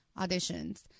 auditions